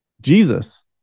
Jesus